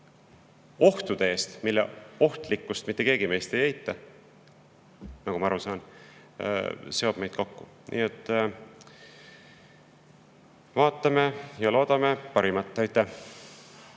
ohtude eest, mille ohtlikkust mitte keegi meist ei eita, nagu ma aru saan, seob meid kokku. Vaatame ja loodame parimat.